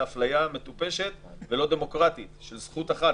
אפליה מטופשת ולא דמוקרטית של זכות אחת.